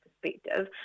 perspective